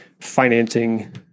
financing